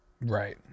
Right